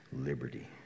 liberty